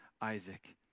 Isaac